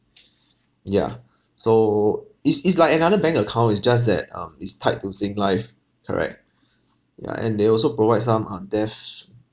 yeah so it's it's like another bank account it's just that um it's tied to singlife correct ya and they also provide some uh death